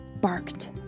barked